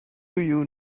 you